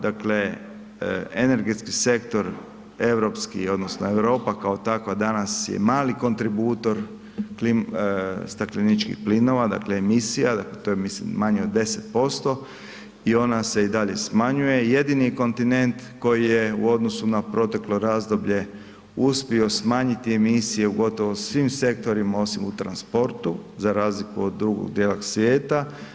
Dakle, energetski sektor europski odnosno Europa kao takva danas je mali kontributor stakleničkih plinova dakle emisija, to je mislim manje od 10% i ona se i dalje smanjuje, jedini kontinent koji je u odnosu na proteklo razdoblje uspio smanjiti emisije u gotovo svim sektorima osim u transportu za razliku od drugog dijela svijeta.